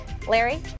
Larry